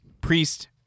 Priest